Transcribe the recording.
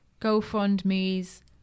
GoFundMes